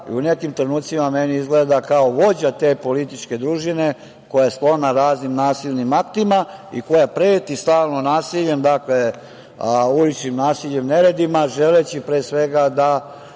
i u nekim trenucima meni izgleda kao vođa te političke družina koja je sklona raznim nasilnim aktima i koja preti stalno nasiljem, dakle uličnim nasiljem, neredima, želeći, pre svega, da